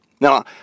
Now